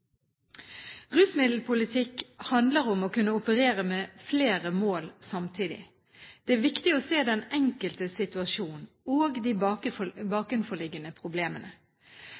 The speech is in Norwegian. Rusmiddelpolitikk handler om å kunne operere med flere mål samtidig. Det er viktig å se den enkeltes situasjon og de bakenforliggende problemene.